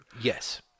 Yes